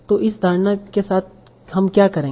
तो इस धारणा के साथ हम क्या करेंगे